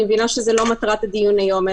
אני מבינה שזאת לא מטרת הדיון היום,